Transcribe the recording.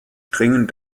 dringend